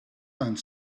done